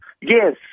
Yes